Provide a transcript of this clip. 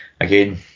again